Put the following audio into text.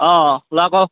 অঁ কওক